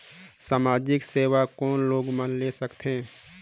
समाजिक योजना कोन लोग मन ले सकथे?